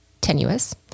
tenuous